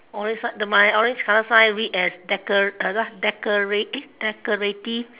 orange sign the my orange colour sign read as decor~ uh what decorate eh decorative